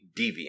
deviant